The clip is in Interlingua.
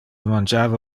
mangiava